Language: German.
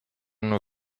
nur